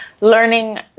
learning